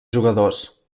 jugadors